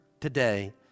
today